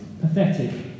pathetic